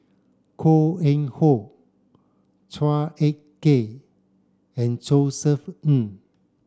Koh Eng Hoon Chua Ek Kay and Josef Ng